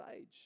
age